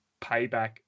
Payback